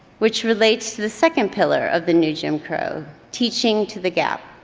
which relates to the second pillar of the new jim crow, teaching to the gap.